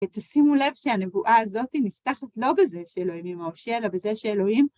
ותשימו לב שהנבואה הזאת נפתחת לא בזה שאלוהים ימראשי אלא בזה שאלוהים